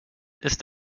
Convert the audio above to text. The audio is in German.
ist